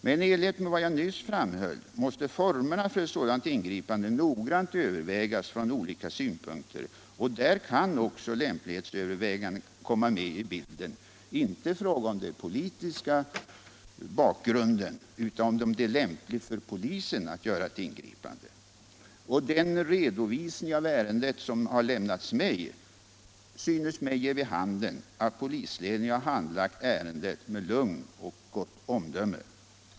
Men i enlighet med vad jag nyss framhöll måste formerna för ett sådant ingripande noggrant övervägas från olika synpunkter, och där kan också lämplighetsöverväganden komma med i bilden, inte i fråga om den politiska bakgrunden utan med utgångspunkt i en bedömning av om det är lämpligt för polisen avt göra ett ingripande. Den redovisning av ärendet som lämnats mig synes ge vid handen att polisledningen handlagt ärendet med lugn och gott omdöme.